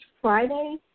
Friday